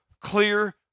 clear